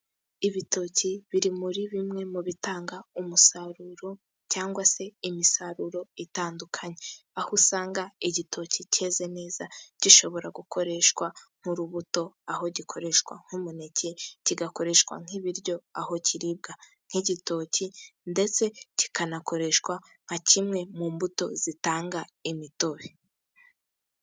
Ibitoki biri muri bimwe mu bitanga umusaruro, cyangwa se imisaruro itandukanye. Aho usanga igitoki cyeze neza gishobora gukoreshwa nk'urubuto, aho gikoreshwa nk'umuneke. Kigakoreshwa nk'ibiryo, aho kiribwa nk'igitoki. Ndetse kikanakoreshwa nka kimwe mu mbuto zitanga imitobe.